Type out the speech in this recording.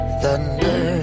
thunder